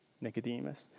Nicodemus